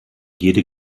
jede